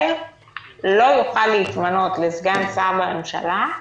לא יוכל להתמנות לסגן שר בממשלה,